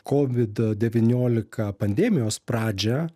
kovid devyniolika pandemijos pradžią